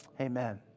Amen